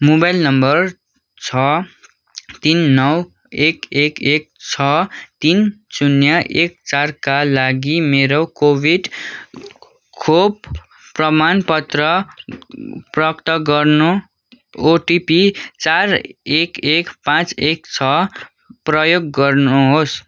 mobile number छ तिन नौ एक एक एक छ तिन शून्य एक चारका लागि मेरो कोभिड खोप प्रमाणपत्र प्राप्त गर्नु ओटिपी चार एक एक पाँच एक छ प्रयोग गर्नुहोस्